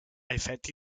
effetti